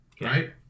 right